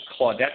Claudette